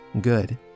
good